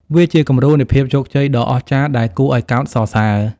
វាជាគំរូនៃភាពជោគជ័យដ៏អស្ចារ្យដែលគួរឱ្យកោតសរសើរ។